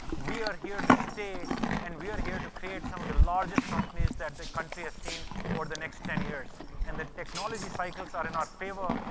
we are here to stay and we are here to create some of the largest companies that the country has seen for the next ten years and the technology cycles are in our favor.